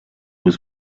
was